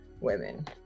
women